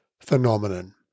phenomenon